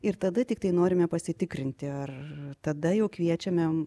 ir tada tiktai norime pasitikrinti ar tada jau kviečiame